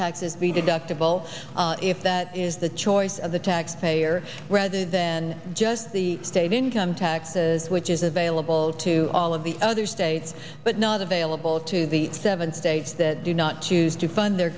deductible if that is the choice of the taxpayer rather than just the state income taxes which is available to all of the other states but not available to the seven states that do not choose to fund their